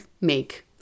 make